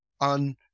on